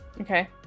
Okay